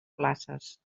places